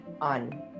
on